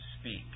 speak